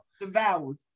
devoured